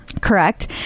Correct